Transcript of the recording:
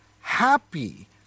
happy